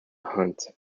hunt